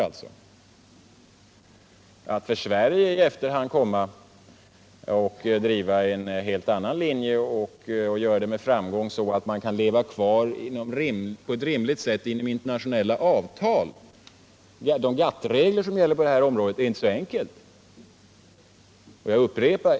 Det är då inte så enkelt för Sverige att i efterhand driva en helt annan linje och ändå kunna leva kvar på ett rimligt sätt med internationella avtal enligt de GATT-regler som gäller på detta om råde.